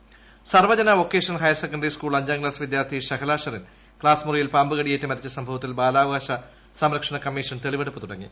തെളിവെടുപ്പ് Sarvajana vocational higher secondary school അഞ്ചാം class വിദ്യാർത്ഥി ഷഹല ഷെറിൻ ക്ലാസ്സ് മുറിയിൽ പാമ്പ് കടിയേറ്റ് മരിച്ച സംഭവത്തിൽ ബാലാവകാശ സംരക്ഷണ കമ്മീഷൻ തെളിവെടുപ്പ് തുടങ്ങി